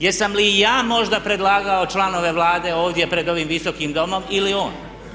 Jesam li ja možda predlagao članove Vlade ovdje pred ovim visokim domom ili on?